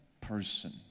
person